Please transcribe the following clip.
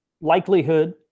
likelihood